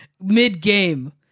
mid-game